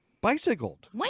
Bicycled